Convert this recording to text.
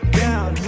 down